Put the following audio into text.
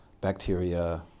bacteria